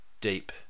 deep